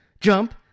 jump